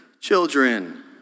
children